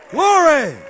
Glory